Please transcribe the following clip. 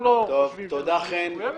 תודה, חן.